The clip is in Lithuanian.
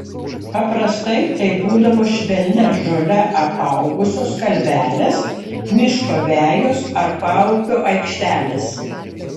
paprastai tai būdavo švelnia žole apaugusios kalvelės miško vejos ar paupio aikštelės